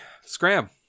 Scram